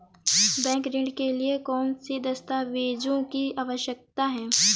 Bank ऋण के लिए कौन से दस्तावेजों की आवश्यकता है?